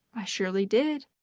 i surely did,